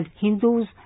Hindus